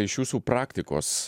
iš jūsų praktikos